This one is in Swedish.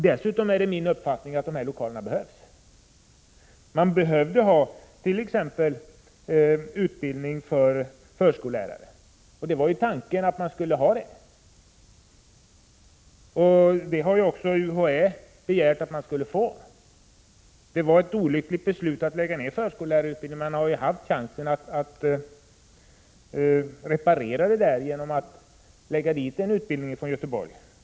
Dessutom är min uppfattning att de aktuella lokalerna behövs. Utbildning för förskollärare behövdes t.ex., och tanken var också att sådan utbildning skulle finnas. Det hade UHÄ begärt, och det var ett olyckligt beslut att lägga ned förskollärarutbildningen. Man hade haft chansen att reparera det genom att lägga dit utbildningen från Göteborg.